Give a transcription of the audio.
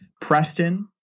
Preston